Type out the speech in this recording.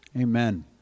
Amen